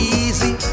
easy